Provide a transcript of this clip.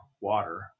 water